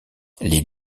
les